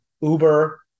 Uber